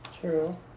True